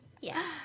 Yes